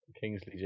Kingsley